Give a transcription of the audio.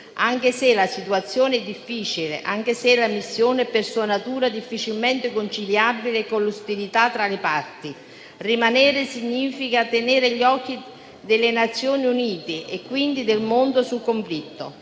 anche se la situazione è difficile, e la missione è per sua natura difficilmente conciliabile con l'ostilità tra le parti. Rimanere significa tenere gli occhi delle Nazioni Unite e quindi del mondo sul conflitto,